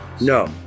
No